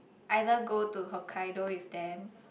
either go to Hokkaido with them